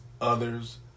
others